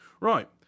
Right